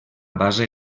base